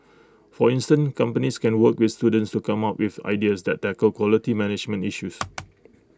for instance companies can work with students to come up with ideas that tackle quality management issues